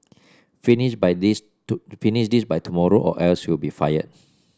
finish by this to finish this by tomorrow or else you'll be fired